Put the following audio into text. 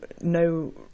no